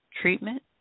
treatment